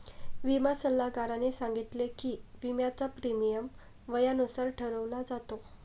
विमा सल्लागाराने सांगितले की, विम्याचा प्रीमियम वयानुसार ठरवला जातो